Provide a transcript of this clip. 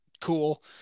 cool